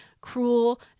cruel